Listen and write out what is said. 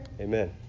Amen